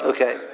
Okay